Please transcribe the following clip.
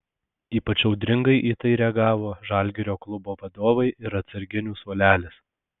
ypač audringai į tai reagavo žalgirio klubo vadovai ir atsarginių suolelis